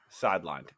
sidelined